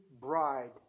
bride